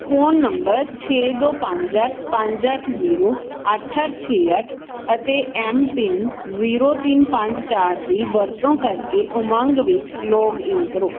phone number ਛੇ ਦੋ ਪੰਜ ਅੱਠ ਪੰਜ ਅੱਠ ਜ਼ੀਰੋ ਅੱਠ ਅੱਠ ਛੇ ਅੱਠ ਅਤੇ ਐੱਮ ਪਿੰਨ ਜ਼ੀਰੋ ਤਿੰਨ ਪੰਜ ਚਾਰ ਦੀ ਵਰਤੋਂ ਕਰਕੇ ਉਮੰਗ ਵਿੱਚ ਲੌਗਇਨ ਕਰੋ